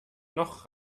noch